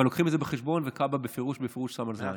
אבל לוקחים את זה בחשבון וכב"ה בהחלט שמה על זה עין.